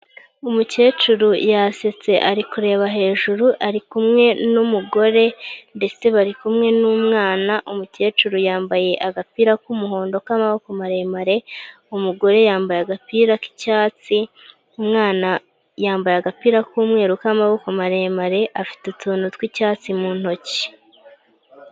Umukecuru yasetse ari kureba hejuru, ari kumwe n'umugore ndetse bari kumwe n'umwana, umukecuru yambaye agapira k'umuhondo k'amaboko maremare, umugore yambaye agapira k'icyatsi, umwana yambaye agapira k'umweru k'amaboko maremare afite utuntu tw'icyatsi mu ntoki.